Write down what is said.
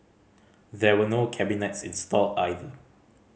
there were no cabinets installed either